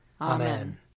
Amen